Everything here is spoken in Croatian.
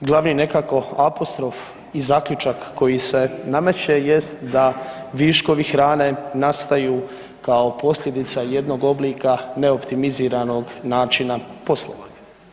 Glavni nekako apostrof i zaključak koji se nameće jest da viškovi hrane nastaju kao posljedica jednog oblika neoptimiziranog načina poslovanja.